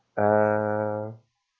uh